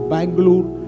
Bangalore